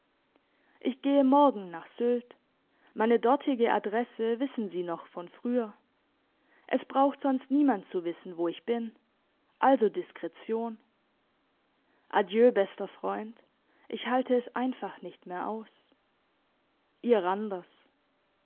ich gehe morgen nach sylt meine dortige adresse wissen sie noch von früher es braucht sonst niemand zu wissen wo ich bin also diskretion adieu bester freund ich halt es einfach nicht mehr aus ihr randers